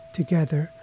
together